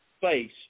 face